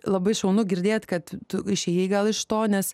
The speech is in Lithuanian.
labai šaunu girdėt kad tu išėjai gal iš to nes